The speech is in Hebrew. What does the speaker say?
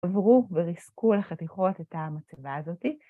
עברו ורסקו לחתיכות את המצבה הזאת.